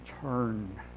turn